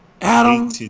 Adam